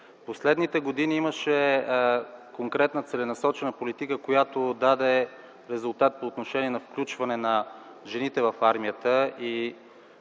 Последните години имаше конкретна и целенасочена политика, която даде резултат за включване на жените в армията.